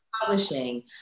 Publishing